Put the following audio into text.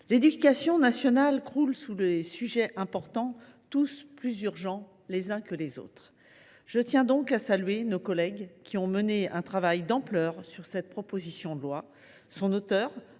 l’éducation nationale croule sous les sujets importants, qui sont tous plus urgents les uns que les autres. Je tiens donc à saluer nos collègues qui ont réalisé un travail d’ampleur sur cette proposition de loi : son auteur,